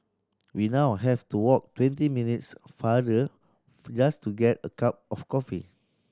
we now have to walk twenty minutes farther just to get a cup of coffee